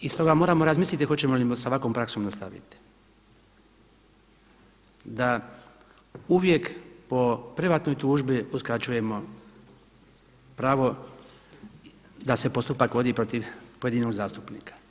I stoga moramo razmisliti hoćemo li sa ovakvom praksom nastaviti da uvijek po privatnoj tužbi uskraćujemo pravo da se postupak vodi protiv pojedinog zastupnika.